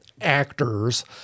actors